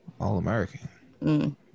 All-American